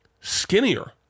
skinnier